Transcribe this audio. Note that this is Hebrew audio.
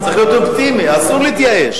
צריך להיות אופטימי, אסור להתייאש.